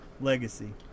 legacy